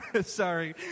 sorry